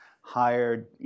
hired